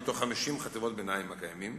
מ-50 חטיבות הביניים הקיימות,